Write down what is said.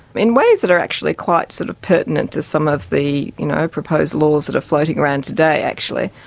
in ways that are actually quite sort of pertinent to some of the you know proposed laws that are floating around today actually,